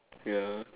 ya